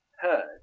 heard